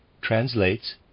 translates